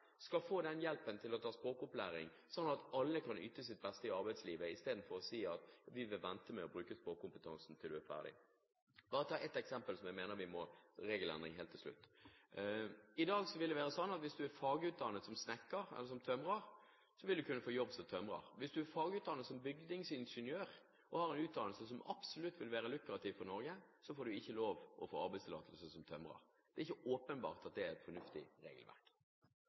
kan yte sitt beste i arbeidslivet, istedenfor å si at man vil vente med å bruke språkkompetansen til man er ferdig. La meg bare helt til slutt ta ett eksempel der jeg mener vi må ha en regelendring. I dag vil det være sånn at hvis du er fagutdannet som snekker eller tømrer, vil du kunne få jobb som tømrer. Hvis du er fagutdannet som bygningsingeniør og har en utdannelse som absolutt vil være lukrativ for Norge, får du ikke arbeidstillatelse som tømrer. Det er ikke åpenbart at det er et fornuftig regelverk.